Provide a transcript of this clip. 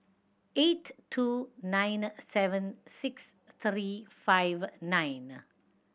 eight two nine seven six three five nine